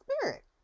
Spirit